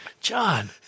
John